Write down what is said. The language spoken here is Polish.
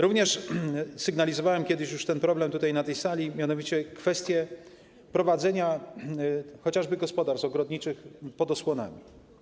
Również sygnalizowałem kiedyś już ten problem tutaj na tej sali, mianowicie chociażby kwestię prowadzenia gospodarstw ogrodniczych pod osłonami.